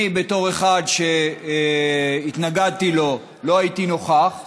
אני, בתור אחד שהתנגדתי לו, לא הייתי נוכח.